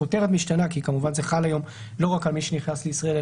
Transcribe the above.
הכותרת משתנה כי כמובן זה חל היום לא רק על מי שנכנס לישראל,